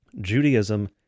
Judaism